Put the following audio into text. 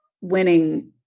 winning